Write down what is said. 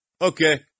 Okay